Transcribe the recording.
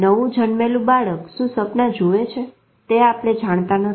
નવું જન્મેલું બાળક શું સપના જુએ છેઆપણે જાણતા નથી